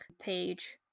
page